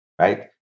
Right